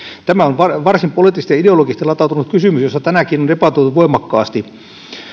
tämä on varsin poliittisesti ja ideologisesti latautunut kysymys josta tänäänkin on debatoitu voimakkaasti